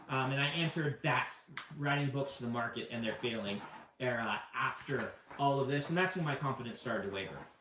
and i entered that writing books to the market and they're failing era after all of this. and that's when and my confidence started to waver,